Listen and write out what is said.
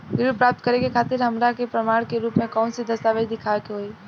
ऋण प्राप्त करे के खातिर हमरा प्रमाण के रूप में कउन से दस्तावेज़ दिखावे के होइ?